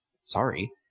sorry